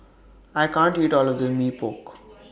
I can't eat All of This Mee Pok